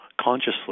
consciously